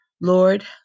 Lord